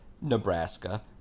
Nebraska